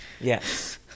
Yes